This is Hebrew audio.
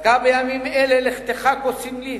דווקא בימים אלה לכתך כה סמלי,